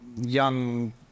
young